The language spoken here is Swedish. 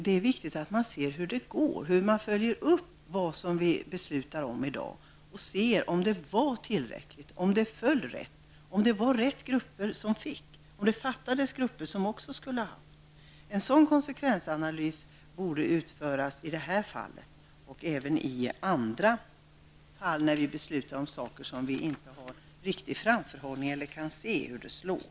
Det är viktigt att se hur det går, att följa upp det som vi beslutar om i dag och se om det var tillräckligt, om beslutet föll ut rätt, om det var rätt grupper som fick bostadstillägg eller om det fattades grupper som också skulle ha haft. En sådan konsekvensanalys borde utföras i det här fallet och även i andra fall när via beslutar om saker där vi inte har riktig framförhållning eller inte kan se hur det slår.